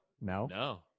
No